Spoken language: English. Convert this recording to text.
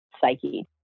psyche